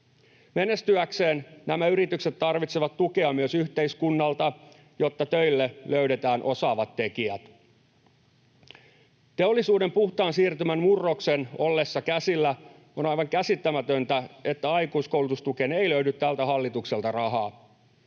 Menestyäkseen nämä yritykset tarvitsevat tukea myös yhteiskunnalta, jotta töille löydetään osaavat tekijät. Teollisuuden puhtaan siirtymän murroksen ollessa käsillä on aivan käsittämätöntä, että aikuiskoulutustukeen ei löydy tältä hallitukselta rahaa.